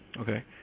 Okay